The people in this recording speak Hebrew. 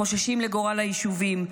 חוששים לגורל היישובים,